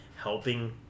helping